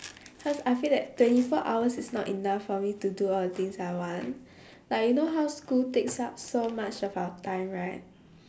cause I feel that twenty four hours is not enough for me to do all the things I want like you know how school takes up so much of our time right